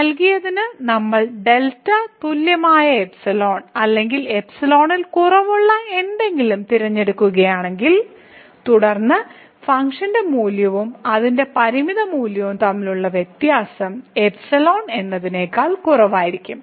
നൽകിയതിന് നമ്മൾ δ തുല്യമായ ϵ അല്ലെങ്കിൽ ൽ കുറവുള്ള എന്തെങ്കിലും തിരഞ്ഞെടുക്കുകയാണെങ്കിൽ തുടർന്ന് ഫംഗ്ഷൻ മൂല്യവും അതിന്റെ പരിമിത മൂല്യവും തമ്മിലുള്ള വ്യത്യാസം എന്നതിനേക്കാൾ കുറവായിരിക്കും